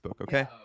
okay